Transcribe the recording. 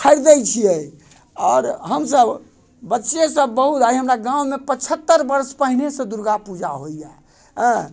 खरीदै छिये आओर हम सभ बच्चे से बहुत आइ हमरा गाँवमे पचहत्तरि वर्ष पहिने से दुर्गा पूजा होइया एँ